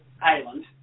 Island